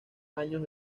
años